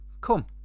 Come